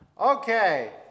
Okay